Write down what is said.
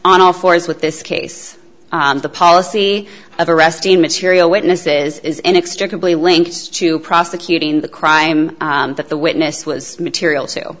on all fours with this case the policy of arresting material witnesses is inextricably linked to prosecuting the crime that the witness was material